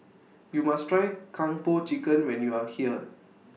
YOU must Try Kung Po Chicken when YOU Are here